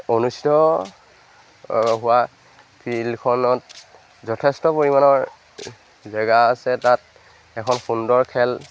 অনুষ্ঠিত হোৱা ফিল্ডখনত যথেষ্ট পৰিমাণৰ জেগা আছে তাত এখন সুন্দৰ খেল